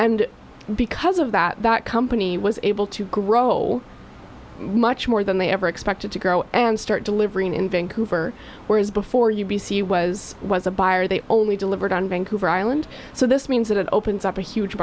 and because of that company was able to grow much more than they ever expected to grow and start delivering in vancouver whereas before u b c was was a buyer they only delivered on vancouver island so this means that it opens up a huge